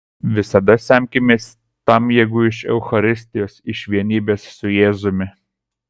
visada semkimės tam jėgų iš eucharistijos iš vienybės su jėzumi